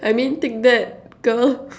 I mean take that girl